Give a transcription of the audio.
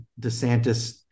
DeSantis